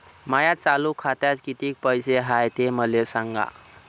माया चालू खात्यात किती पैसे हाय ते मले सांगा